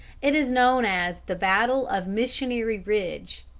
it is known as the battle of missionary ridge.